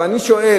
אבל אני שואל: